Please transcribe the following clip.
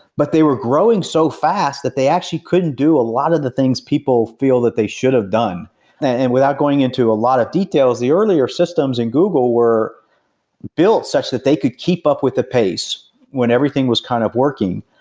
but they were growing so fast that they actually couldn't do a lot of the things people feel that they should have done and without going into a lot of details, the earlier systems in google were built such that they could keep up with the pace when everything was kind of working.